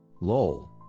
LOL